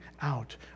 out